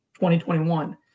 2021